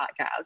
podcast